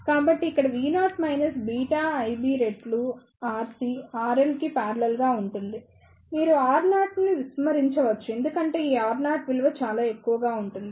కాబట్టి ఇక్కడ Vo minus beta IB రెట్లు RC RL కి పారలెల్ గా ఉంటుంది మీరు Ro ని విస్మరించవచ్చు ఎందుకంటే ఈ Ro విలువ చాలా ఎక్కువగా ఉంటుంది